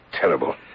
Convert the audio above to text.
terrible